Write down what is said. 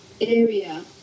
area